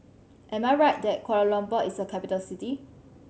am I right that Kuala Lumpur is a capital city